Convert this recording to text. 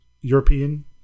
European